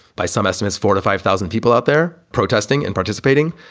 by some estimates, four to five thousand people out there protesting and participating.